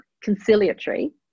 conciliatory